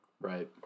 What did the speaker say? Right